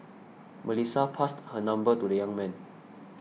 Melissa passed her number to the young man